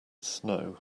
snow